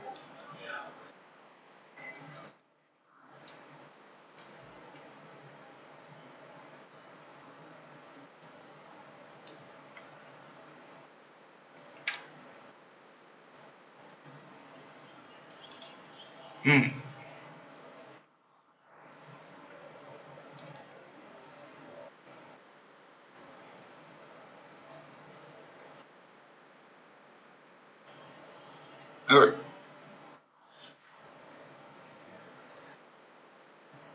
mm alright